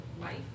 life